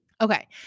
Okay